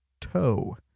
toe